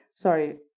Sorry